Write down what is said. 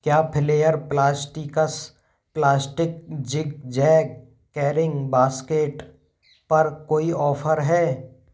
क्या Flair plastics plastic zig zag carrying basket पर कोई ऑफर है